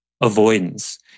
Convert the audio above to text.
avoidance